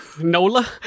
Nola